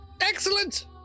Excellent